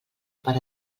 per